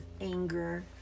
anger